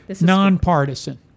nonpartisan